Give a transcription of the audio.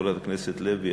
חברת הכנסת לוי,